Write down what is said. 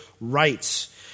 rights